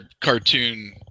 cartoon